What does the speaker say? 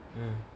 mm